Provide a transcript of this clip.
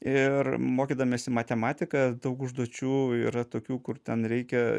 ir mokydamiesi matematiką daug užduočių yra tokių kur ten reikia